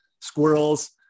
squirrels